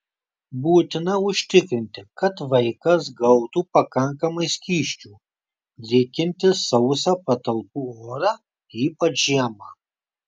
būtina užtikrinti kad vaikas gautų pakankamai skysčių drėkinti sausą patalpų orą ypač žiemą